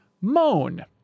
moan